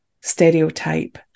stereotype